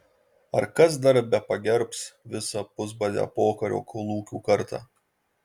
ar kas dar bepagerbs visą pusbadę pokario kolūkių kartą